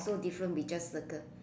so different we just circle